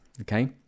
Okay